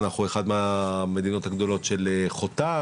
אנחנו אחת המדינות הגדולות של חותם,